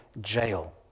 jail